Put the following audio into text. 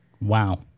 Wow